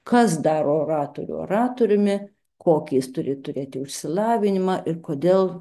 kas daro oratorių oratoriumi kokį jis turi turėti išsilavinimą ir kodėl